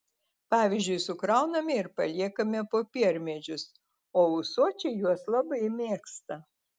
pavyzdžiui sukrauname ir paliekame popiermedžius o ūsočiai juos labai mėgsta